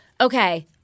okay